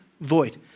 void